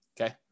Okay